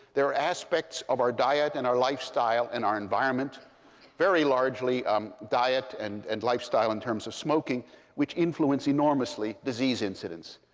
there are aspects of our diet, and our lifestyle, and our environment very largely um diet and and lifestyle in terms of smoking which influence enormously disease incidence.